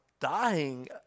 Dying